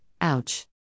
ouch